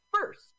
first